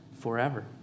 forever